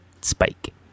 spike